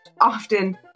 often